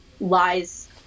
lies